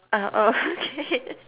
oh okay